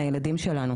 בלילה.